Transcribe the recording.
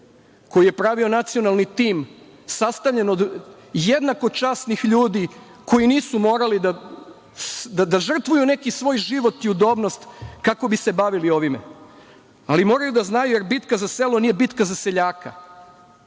koji je pravio nacionalni tim sastavljen od jednako časnih ljudi, koji nisu morali da žrtvuju neki svoj život i udobnost kako bi se bavili ovim. Ali, oni moraju da znaju, bitka za selo nije bitka za seljaka,